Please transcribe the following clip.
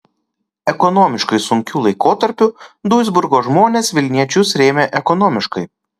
ekonomiškai sunkiu laikotarpiu duisburgo žmonės vilniečius rėmė ekonomiškai